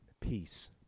peace